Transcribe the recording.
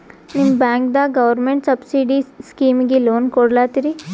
ನಿಮ ಬ್ಯಾಂಕದಾಗ government subsidy ಸ್ಕೀಮಿಗಿ ಲೊನ ಕೊಡ್ಲತ್ತೀರಿ?